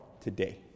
today